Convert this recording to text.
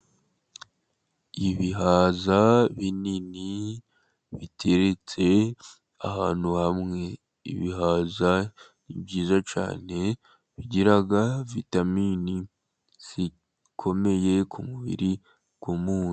Ibihaza binini biteretse ahantu hamwe, ibihaza ni byiza cyane ,bigira vitamini zikomeye ku mubiri w'umuntu.